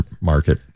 market